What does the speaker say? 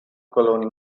colony